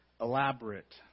elaborate